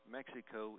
Mexico